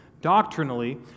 Doctrinally